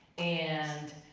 and